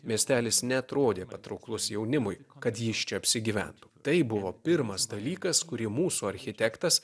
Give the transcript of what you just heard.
miestelis neatrodė patrauklus jaunimui kad jis čia apsigyventų tai buvo pirmas dalykas kurį mūsų architektas